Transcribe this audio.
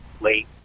late